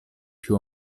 più